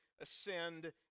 ascend